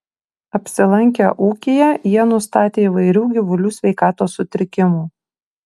apsilankę ūkyje jie nustatė įvairių gyvulių sveikatos sutrikimų